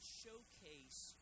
showcase